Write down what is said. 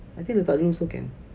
I think letak dulu also can